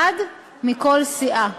אחד מכל סיעה.